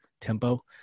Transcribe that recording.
tempo